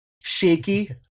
shaky